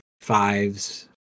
fives